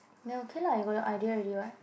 then okay lah you go the idea already [what]